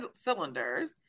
cylinders